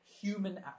human